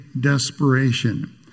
desperation